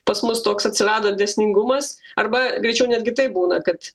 pas mus toks atsirado dėsningumas arba greičiau netgi taip būna kad